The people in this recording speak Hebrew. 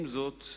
עם זאת,